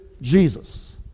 Jesus